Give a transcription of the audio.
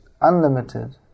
unlimited